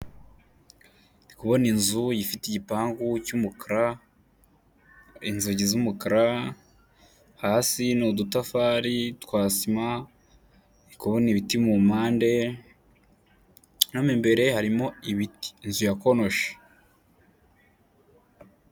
Ndi kubina inzu ifite igipangu cy'umukara, inzugi z'umukara, hasi ni udutafari twa sima , ndi kubona ibiti mu mpande mwo mo imbere harimo ibiti inzu ya konoshi.